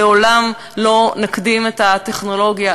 לעולם לא נקדים את הטכנולוגיה,